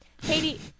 Katie